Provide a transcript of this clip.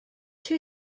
two